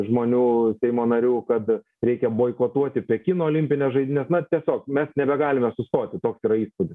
žmonių seimo narių kad reikia boikotuoti pekino olimpines žaidynes na tiesiog mes nebegalime sustoti toks yra įspūdis